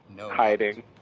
hiding